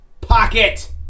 pocket